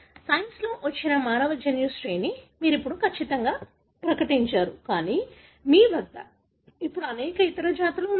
సైన్స్లో వచ్చిన మానవ జన్యు శ్రేణిని మీరు ఖచ్చితంగా ప్రకటించారు కానీ మీ వద్ద ఇప్పుడు అనేక ఇతర జాతులు ఉన్నాయి